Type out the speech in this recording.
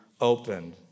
opened